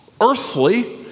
earthly